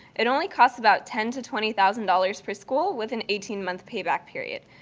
it only costs about ten to twenty thousand dollars per school with an eighteen month payback period.